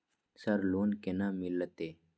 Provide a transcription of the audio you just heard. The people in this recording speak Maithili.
सर लोन केना मिलते?